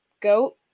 goat